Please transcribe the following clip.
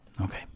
Okay